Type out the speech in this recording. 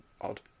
odd